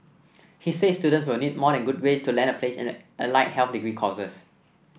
he said students will need more than good grades to land a place in the allied health degree courses